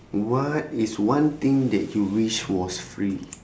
what is one thing that you wish was free